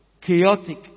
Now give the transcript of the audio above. Chaotic